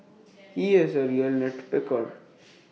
he is A real nit picker